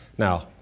Now